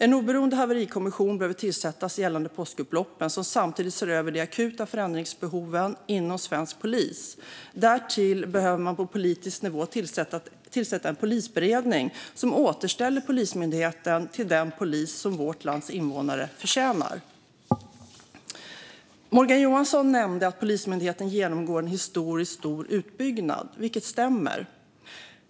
En oberoende haverikommission behöver tillsättas gällande påskupploppen som samtidigt ser över de akuta förändringsbehoven inom svensk polis. Därtill behöver man på politisk nivå tillsätta en polisberedning som återställer Polismyndigheten till den polis som vårt lands invånare förtjänar. Morgan Johansson nämnde att Polismyndigheten genomgår en historiskt stor utbyggnad, vilket stämmer.